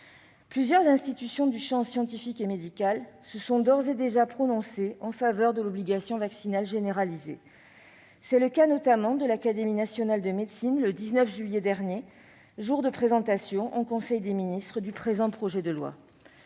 Plusieurs institutions du champ scientifique et médical se sont d'ores et déjà prononcées en faveur de l'obligation vaccinale généralisée. C'est notamment le cas de l'Académie nationale de médecine, qui a pris position dans un communiqué, le 19 juillet dernier, jour de présentation en conseil des ministres du présent projet de loi.